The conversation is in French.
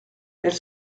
elle